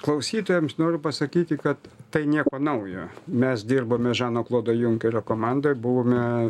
klausytojams noriu pasakyti kad tai nieko naujo mes dirbome žano klodo junkerio komandoj buvome